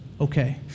Okay